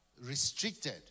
restricted